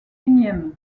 unième